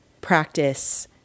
practice